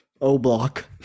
O-block